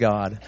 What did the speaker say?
God